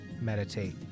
meditate